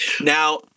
Now